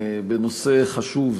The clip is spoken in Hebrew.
בנושא חשוב,